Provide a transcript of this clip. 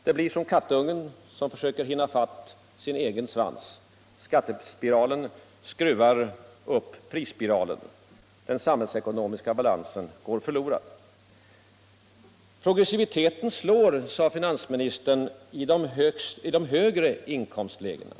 Det blir som kattungen som försöker hinna i fatt sin egen svans. Skattespiralen skruvar upp prisspiralen. Den samhällsekonomiska balansen går förlorad. Progressiviteten slår, sade finansministern, i de högre inkomstlägena.